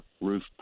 roof